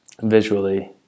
visually